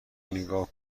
نیگا